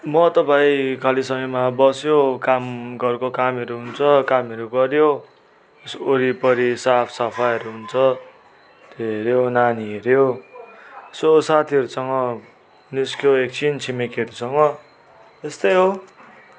म त भाइ खाली समयमा बस्यो काम घरको कामहरू हुन्छ कामहरू गऱ्यो यसो वरिपरि साफसफाईहरू हुन्छ त्यही हेऱ्यो नानी हेऱ्यो यसो साथीहरूसँग निस्क्यो एकछिन छिमेकीहरूसँग त्यस्तै हो